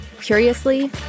Curiously